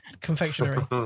confectionery